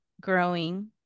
growing